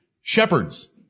Shepherds